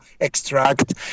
extract